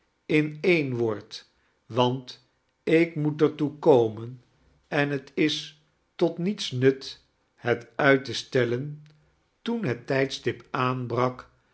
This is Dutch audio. in een woord want ik moet ex toe komen en t is tot niets nut het uit te stellen toen het tijdstip aanbrak